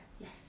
Yes